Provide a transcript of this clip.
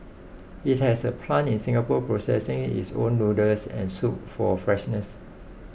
it has a plant in Singapore processing its own noodles and soup for freshness